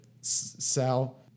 Sal